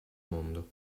mondo